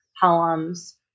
poems